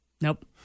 Nope